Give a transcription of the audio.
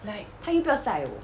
like 他又不要载我